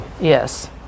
Yes